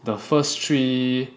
the first three